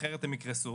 אחרת הם יקרסו,